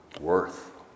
worth